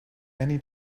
many